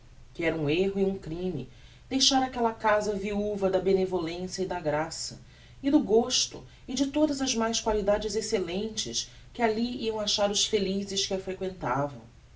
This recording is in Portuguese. que era um erro e um crime deixar aquella casa viuva da benevolencia e da graça e do gosto e de todas as mais qualidades excellentes que alli iam achar os felizes que a frequentavam